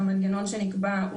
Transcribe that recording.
במנגנון שנקבע,